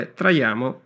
traiamo